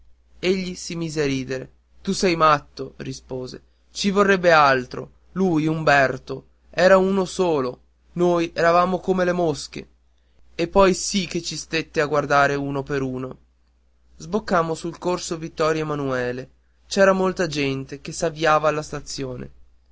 egli si mise a ridere tu sei matto rispose ci vorrebbe altro lui umberto era uno solo noi eravamo come le mosche e poi sì che ci stette a guardare uno per uno sboccammo sul corso vittorio emanuele c'era molta gente che s'avviava alla stazione